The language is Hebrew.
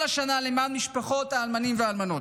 השנה למען משפחות האלמנים והאלמנות.